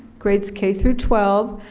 grades k through twelve,